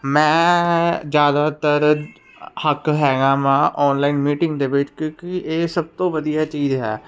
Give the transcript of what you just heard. ਮੈਂ ਜਿਆਦਾਤਰ ਹੱਕ ਹੈਗਾ ਵਾ ਆਨਲਾਈਨ ਮੀਟਿੰਗ ਦੇ ਵਿੱਚ ਕਿਉਂਕਿ ਇਹ ਸਭ ਤੋਂ ਵਧੀਆ ਚੀਜ਼ ਹੈ